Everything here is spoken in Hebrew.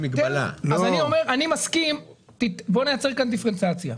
בוא נייצר כאן דיפרנציאציה.